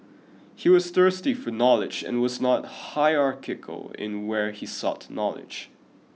he was thirsty for knowledge and was not hierarchical in where he sought knowledge